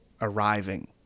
arriving